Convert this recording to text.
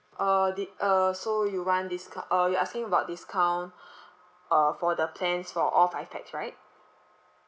uh did uh so you want disco~ uh you're asking about discount uh for the plans for all five pax right